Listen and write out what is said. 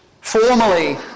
formally